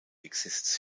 exists